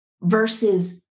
versus